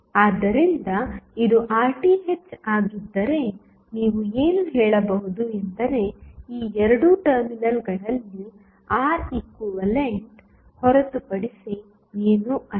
ಆದ್ದರಿಂದ ಇದು RTh ಆಗಿದ್ದರೆ ನೀವು ಏನು ಹೇಳಬಹುದು ಎಂದರೆ ಈ 2 ಟರ್ಮಿನಲ್ಗಳಲ್ಲಿ Req ಹೊರತುಪಡಿಸಿ ಏನೂ ಇಲ್ಲ